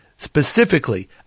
specifically